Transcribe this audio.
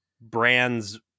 brands